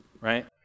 right